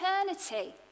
eternity